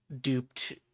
duped